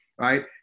right